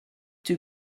two